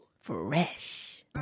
fresh